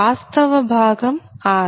వాస్తవ భాగం R